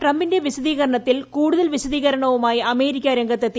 ട്രടംപിന്റെ വിശദീകരണത്തിന് ഇതേസമയം കൂടൂതൽ വിശദീകരണവുമായി അമേരിക്ക രംഗത്തെത്തി